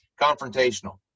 confrontational